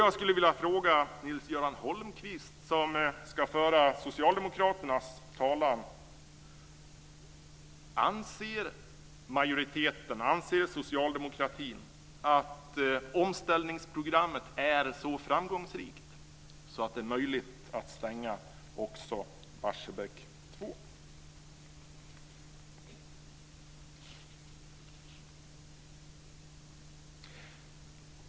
Jag skulle vilja fråga Nils-Göran Holmqvist, som ska föra socialdemokraternas talan: Anser socialdemokratin att omställningsprogrammet är så framgångsrikt att det är möjligt att stänga också Barsebäck 2?